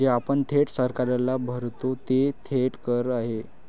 जे आपण थेट सरकारला भरतो ते थेट कर आहेत